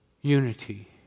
unity